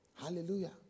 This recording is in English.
Hallelujah